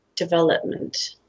development